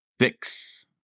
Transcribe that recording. Six